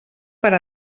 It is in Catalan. per